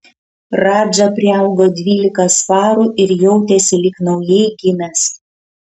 radža priaugo dvylika svarų ir jautėsi lyg naujai gimęs